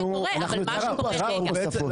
מירב,